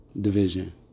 division